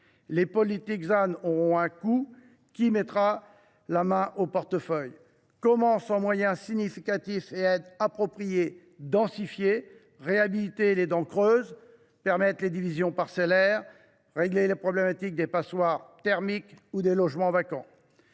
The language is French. Les politiques ZAN auront un coût : qui mettra la main au portefeuille ? Comment, sans moyens significatifs et aides appropriées densifiées, réhabiliter les dents creuses, permettre les divisions parcellaires, traiter le cas des passoires thermiques ou réduire le nombre de logements vacants